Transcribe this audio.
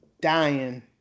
dying